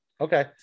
Okay